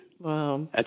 Wow